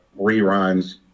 reruns